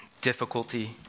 difficulty